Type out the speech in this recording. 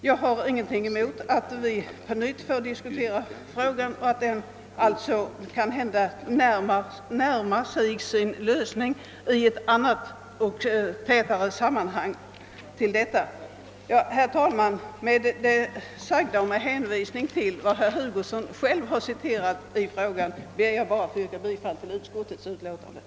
Jag har ingenting emot att vi på nytt får diskutera frågan och söka finna en lösning av den i det större sammanhang, som utskottet antytt. Herr talman! Med det sagda och med hänvisning till de avsnitt av utskottets. skrivning, som herr Hugosson citerade, ber jag att få yrka bifall till utskottets hemställan.